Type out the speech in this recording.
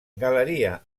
galeria